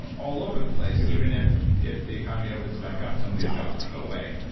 all over the place, even if if the economy opens back up, some of these jobs will go away.